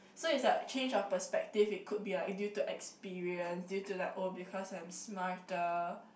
so it's like change of perspective it could be like due to experience due to like oh because I'm smarter